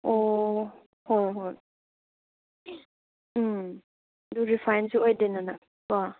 ꯑꯣ ꯍꯣꯏ ꯍꯣꯏ ꯎꯝ ꯑꯗꯨ ꯔꯤꯐꯥꯏꯟꯁꯨ ꯑꯣꯏꯗꯦꯗꯅ ꯀꯣ